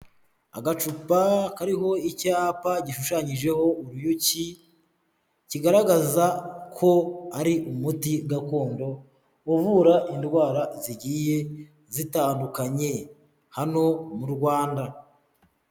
Agacupa kariho icyapa gishushanyijeho uruyuki, kigaragaza ko ari umuti gakondo uvura indwara zigiye zitandukanye hano mu Rwanda.